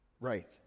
right